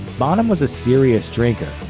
bonham was a serious drinker,